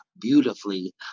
beautifully